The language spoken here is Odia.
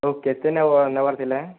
ହଉ କେତେ ନବା ନବାର ଥିଲା